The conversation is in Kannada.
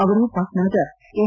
ಅವರು ಪಾಟ್ನಾದ ಎನ್